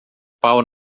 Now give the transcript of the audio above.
pau